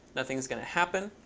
nothing's going to happen.